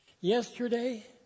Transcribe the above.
yesterday